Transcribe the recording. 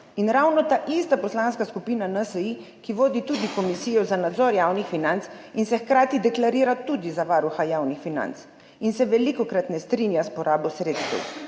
In ravno ta ista poslanska skupina NSi, ki vodi tudi Komisijo za nadzor javnih financ in se hkrati deklarira tudi za varuha javnih financ in se velikokrat ne strinja s porabo sredstev,